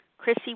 Chrissy